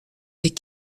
des